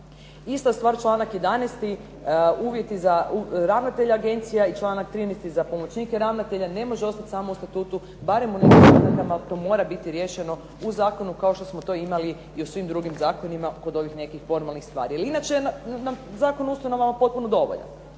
Ista stvar članak 11. Uvjeti za ravnatelja agencija i članak 13. za pomoćnike ravnatelja, ne može ostati samo u statutu barem u nekim … /Govornica se ne razumije./… to mora biti riješeno u zakonu kao što smo to imali i u svim drugim zakonima kod ovih nekih formalnih stvari jel inače nam Zakon o ustanovama potpuno dovoljan,